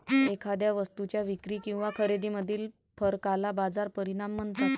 एखाद्या वस्तूच्या विक्री किंवा खरेदीमधील फरकाला बाजार परिणाम म्हणतात